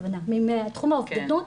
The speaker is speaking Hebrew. מתחום האובדנות,